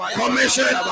commission